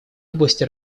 области